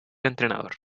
entrenador